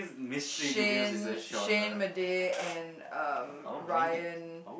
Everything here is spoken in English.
Shane-Madej and um Ryan